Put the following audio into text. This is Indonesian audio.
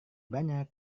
banyak